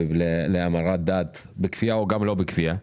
להמרת דת בכפייה וגם לא בכפייה.